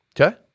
Okay